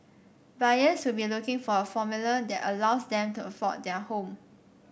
buyers will be looking for a formula that allows them to afford their home